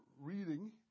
reading